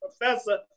professor